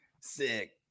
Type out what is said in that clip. sick